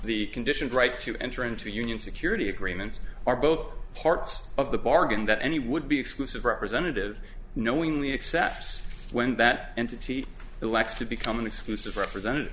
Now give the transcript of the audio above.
the conditioned right to enter into union security agreements are both parts of the bargain that any would be exclusive representative knowingly except when that entity elects to become an exclusive represent